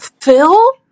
Phil